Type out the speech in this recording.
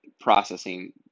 processing